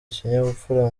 ikinyabupfura